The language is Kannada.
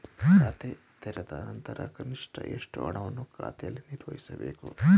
ಖಾತೆ ತೆರೆದ ನಂತರ ಕನಿಷ್ಠ ಎಷ್ಟು ಹಣವನ್ನು ಖಾತೆಯಲ್ಲಿ ನಿರ್ವಹಿಸಬೇಕು?